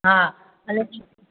हा हालां की